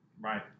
Right